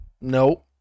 no